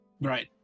Right